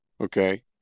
Okay